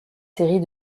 séries